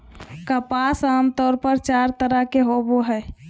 कपास आमतौर पर चार तरह के होवो हय